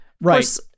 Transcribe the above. right